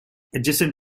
adjacent